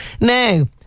now